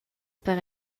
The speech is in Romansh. per